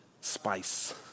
spice